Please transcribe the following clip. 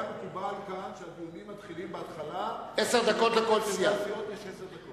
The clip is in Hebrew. היה מקובל כאן שהדיונים מתחילים בהתחלה כאשר לסיעות יש עשר דקות.